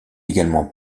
également